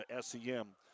SEM